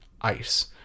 ice